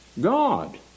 God